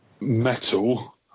metal